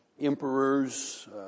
emperors